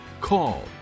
call